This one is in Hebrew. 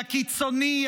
הקיצוני,